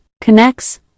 connects